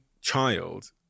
child